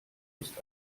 ist